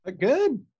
Good